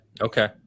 Okay